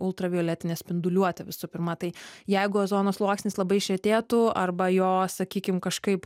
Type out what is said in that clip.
ultravioletinę spinduliuotę visų pirma tai jeigu ozono sluoksnis labai išretėtų arba jo sakykim kažkaip